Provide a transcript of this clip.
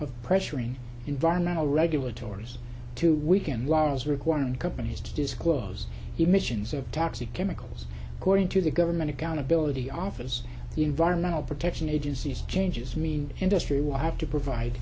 of pressuring environmental regulatory to weaken laws requiring companies to disclose emissions of toxic chemicals according to the government accountability office the environmental protection agency's changes mean industry will have to provide